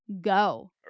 go